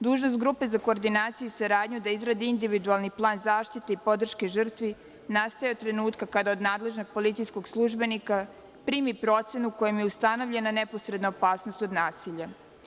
Dužnost grupe za koordinaciju i saradnju je da izradi individualni plan zaštite i podrške žrtvi i nastao je od trenutka kada od nadležnog policijskog službenika primi procenu kojima je ustanovljena neposredna opasnost od nasilja.